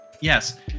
yes